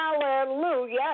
Hallelujah